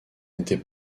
n’était